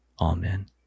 Amen